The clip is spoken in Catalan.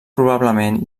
probablement